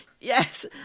yes